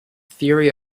theory